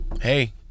Hey